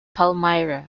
palmyra